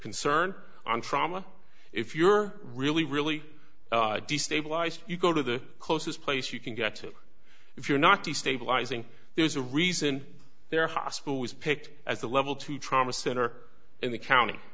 concern on trauma if you're really really destabilized you go to the closest place you can get to if you're not destabilizing there's a reason their hospital was picked as a level two trauma center in the county